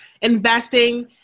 investing